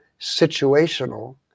situational